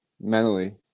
mentally